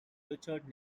richard